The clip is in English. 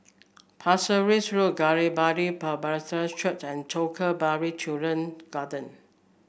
Pasir Ris Road Galilee Bible Presbyterian Church and Jacob Balla Children Garden